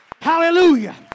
Hallelujah